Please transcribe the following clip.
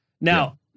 Now